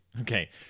Okay